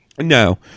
No